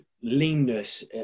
leanness